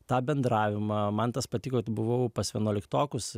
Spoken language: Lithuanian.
tą bendravimą man tas patiko buvau pas vienuoliktokus